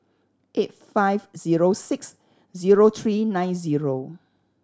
eight five zero six zero three nine zero